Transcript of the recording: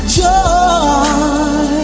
joy